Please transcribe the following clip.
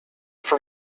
for